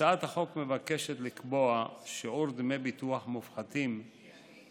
הצעת החוק מבקשת לקבוע שיעור דמי ביטוח מופחתים בענף